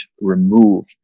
remove